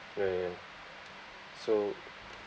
ya ya ya so